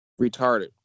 Retarded